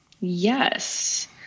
Yes